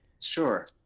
Sure